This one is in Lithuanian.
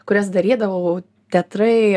kurias darydavau teatrai